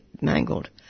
mangled